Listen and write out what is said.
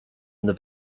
and